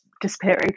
disappearing